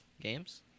Games